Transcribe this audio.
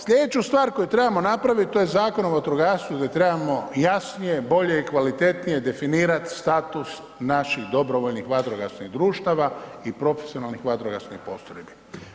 Slijedeću stvar koju trebamo napraviti to je Zakon o vatrogastvu gdje trebamo jasnije, bolje i kvalitetnije definirat status naših dobrovoljnih vatrogasnih društava i profesionalnih vatrogasnih postrojbi.